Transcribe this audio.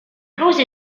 causa